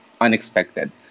unexpected